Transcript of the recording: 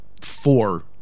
four